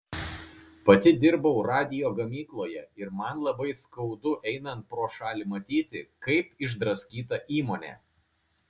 pati dirbau radijo gamykloje ir man labai skaudu einant pro šalį matyti kaip išdraskyta įmonė